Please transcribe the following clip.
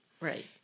right